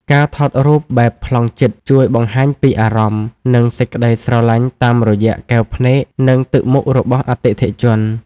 ការថតរូបបែបប្លង់ជិត ជួយបង្ហាញពីអារម្មណ៍ និងសេចក្ដីស្រឡាញ់តាមរយៈកែវភ្នែក និងទឹកមុខរបស់អតិថិជន។